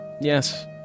Yes